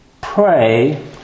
pray